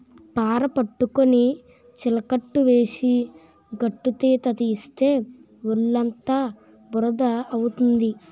పార పట్టుకొని చిలకట్టు వేసి గట్టుతీత తీస్తే ఒళ్ళుఅంతా బురద అవుతుంది